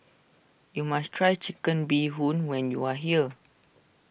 you must try Chicken Bee Hoon when you are here